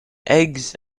eggs